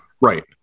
Right